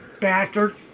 bastard